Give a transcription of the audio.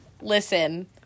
Listen